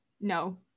No